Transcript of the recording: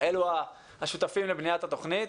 אלו השותפים לבניית התוכנית.